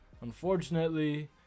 unfortunately